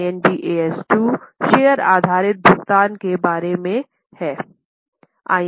Ind AS 2 share आधारित भुगतान के बारे में है